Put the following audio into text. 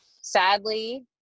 sadly